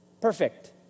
perfect